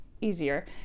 easier